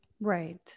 Right